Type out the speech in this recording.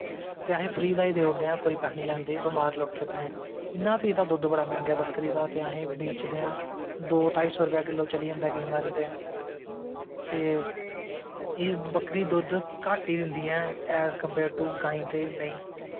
ते फ्री दा गै देई ओड़दे आं कोई पैसा नी लैंदे बमार लोकें तांई इयां ते एह्दा दुद्ध बड़ा मैंह्गा ऐ बकरी दी ते अस बेचदे आं दो ढाई सौै रपेआ किलो चली जंदा ऐ केंई बारी ते ते बकरी दुध्द घट्ट गै दिंदियां ऐं ऐज़ कंपेयर टू गायें ते मैंहीं